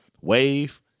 wave